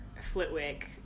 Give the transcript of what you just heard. Flitwick